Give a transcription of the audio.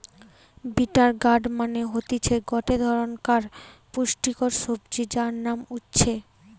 bitter gourd মানে হতিছে গটে ধরণকার পুষ্টিকর সবজি যার নাম উচ্ছে